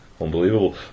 Unbelievable